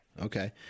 okay